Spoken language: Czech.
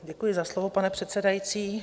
Děkuji za slovo, pane předsedající.